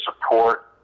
support